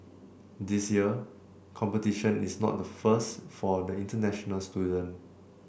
this year competition is not the first for the international student